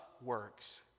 works